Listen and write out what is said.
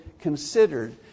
considered